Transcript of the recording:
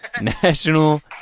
National